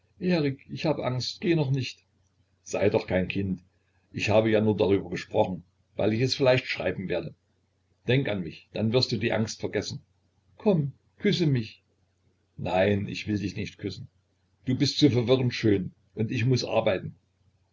erik ich habe angst geh noch nicht sei doch kein kind ich habe ja nur darüber gesprochen weil ich es vielleicht schreiben werde denk an mich dann wirst du die angst vergessen komm küsse mich nein ich will dich nicht küssen du bist so verwirrend schön und ich muß arbeiten